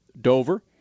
Dover